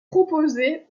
proposée